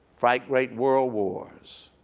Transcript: fight great world wars,